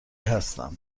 هستم